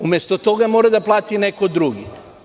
Umesto toga, mora da plati neko drugi.